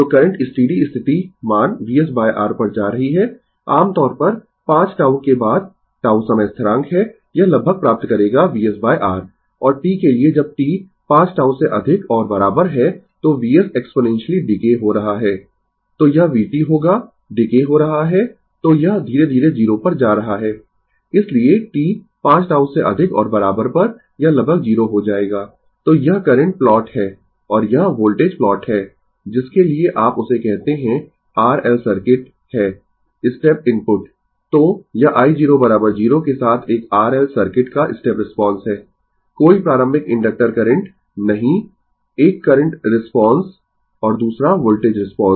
• Glossary English Word Hindi Word Meaning ampere ampere ampere apply apply लागू करना charge charge आवेश common common उभय निष्ठ consider कंसीडर विचार करें current करंट धारा decay डीकेय क्षय decaying exponential डीकेयिंग एक्सपोनेंशियल क्षयकारी घातांक derivative डेरीवेटिव यौगिक disconnect डिस्कनेक्ट पृथक करना exponentially एक्सपोनेंशियली घातांकीय रूप से farad farad farad First order circuits first order circuits प्रथम क्रम परिपथ forced response फोर्स्ड रिस्पांस मजबूर प्रतिक्रिया Inductor इंडक्टर प्रेरित्र infinity इन्फिनिटी अनंत input इनपुट निविष्ट minute minute minute natural response natural response प्राकृतिक प्रतिक्रिया open ओपन खुला हुआ phase फेज चरण plot प्लॉट खींचना power पॉवर शक्ति pre circuit प्री सर्किट पूर्व परिपथ second second second short circuit short circuit बंद परिपथ steady स्टीडी स्थिर step step step switch switch switch switching switching स्विचन term टर्म पद Thevenin Thevenin Thevenin volt volt volt voltage voltage voltage